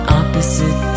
opposite